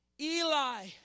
Eli